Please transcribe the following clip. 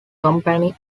company